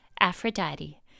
Aphrodite